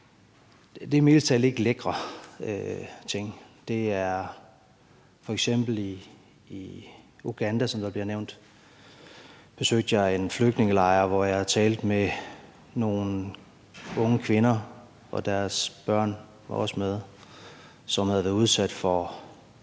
mildest talt ikke er lækre ting. F.eks. i Uganda, som er blevet nævnt, besøgte jeg en flygtningelejr, hvor jeg talte med nogle unge kvinder – deres børn var også med – som havde været udsat for